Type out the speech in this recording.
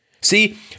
See